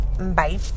Bye